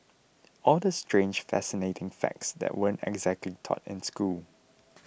all the strange fascinating facts that weren't exactly taught in school